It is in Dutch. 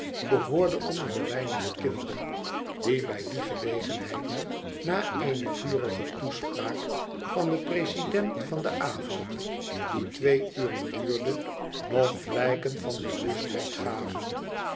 behoorde onder de weinige kinderen die bij die gelegenheid na eene vurige toespraak van den president van den avond die twee uren duurde nog blijken van bewustheid gaven